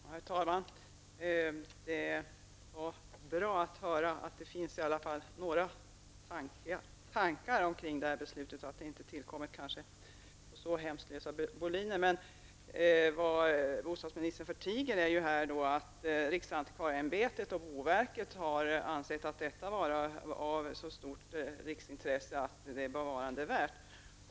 Herr talman! Det var bra att höra att det funnits i varje fall några tankar i samband med beslutet och att detta inte tillkommit på lösa boliner, men vad bostadsministern förtiger är att riksantikvarieämbetet och boverket har ansett att det aktuella läget är av så stort riksintresse att det är bevarandevärt.